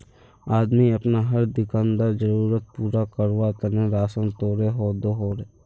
आदमी अपना हर दिन्कार ज़रुरत पूरा कारवार तने राशान तोड़े दोहों